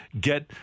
get